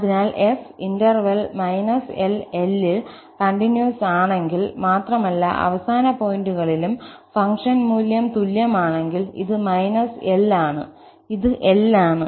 അതിനാൽ f interval −L L ൽ continuous ആണെങ്കിൽ മാത്രമല്ല അവസാന പോയിന്റുകളിലും ഫംഗ്ഷൻ മൂല്യങ്ങൾ തുല്യമാണെങ്കിൽ ഇത് −L ആണ് ഇത് L ആണ്